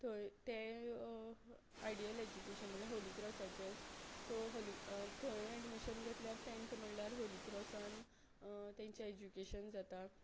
थंय तें ideal education म्हणल्यार होली क्रॉसाचेंच सो होली थंय एडमिशन घेतल्यार तँत म्हणल्यार होली क्रॉसान तेंचें एज्युकेशन जाता